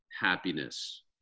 happiness